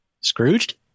Scrooged